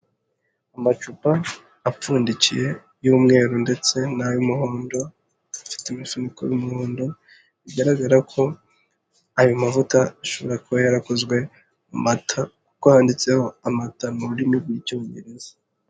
Amacupa apfundikiye y'umweru ndetse n'ay'umuhondo afite umufuniko w'umuhondo bigaragara ko ayo mavuta ashobora kuba yarakozwe mu mata kuko yanwanditseho amata mu rurimi rw'icyongereza.